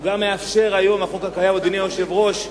החוק הקיים גם מאפשר היום, אדוני היושב-ראש,